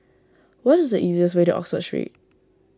what is the easiest way to Oxford Street